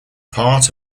part